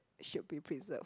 should be preserved